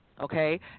okay